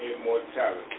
immortality